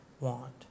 want